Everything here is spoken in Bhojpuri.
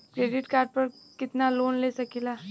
क्रेडिट कार्ड पर कितनालोन ले सकीला?